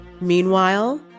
Meanwhile